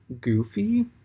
goofy